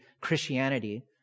Christianity